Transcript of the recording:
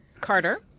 Carter